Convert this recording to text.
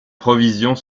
provisions